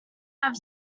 have